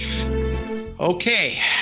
okay